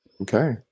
okay